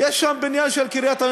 יש שם בניין של קריית-הממשלה,